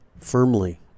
firmly